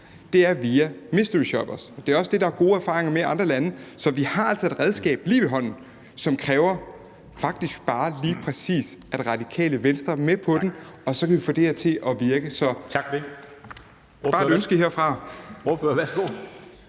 er via mysteryshoppers, og det er også det, der er gode erfaringer med i andre lande. Så vi har altså et redskab lige ved hånden, som faktisk bare lige præcis kræver, at Radikale Venstre er med på den, og så vil vi kunne få det her til at virke. Så det er bare et ønske herfra.